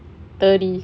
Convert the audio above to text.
thirty